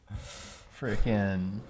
Freaking